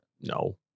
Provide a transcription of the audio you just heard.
No